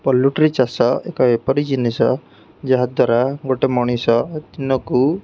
poultry ଚାଷ ଏକ ଏପରି ଜିନିଷ ଯାହାଦ୍ୱାରା ଗୋଟେ ମଣିଷ ଦିନକୁ